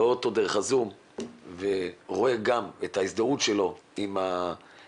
רואה אותו דרך הזום ורואה גם את ההזדהות שלו עם הציבור,